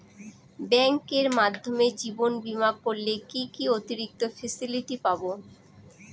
ব্যাংকের মাধ্যমে জীবন বীমা করলে কি কি অতিরিক্ত ফেসিলিটি পাব?